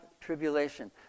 tribulation